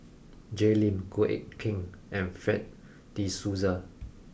Jay Lim Goh Eck Kheng and Fred de Souza